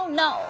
no